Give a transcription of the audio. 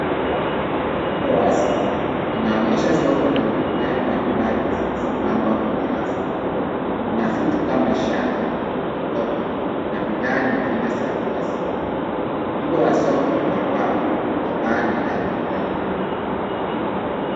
Hili ni soko wazi inaonyesha soko lenye bidhaa mbalimbali zilizopangwa kwenye rafu. Kuna vitu kama shanga, mikoba na bidhaa nyengine za kiasili. Muundo wa soko ni wa mbao na paa ni la turubai.